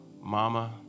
mama